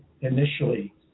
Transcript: initially